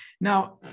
Now